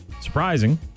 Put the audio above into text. surprising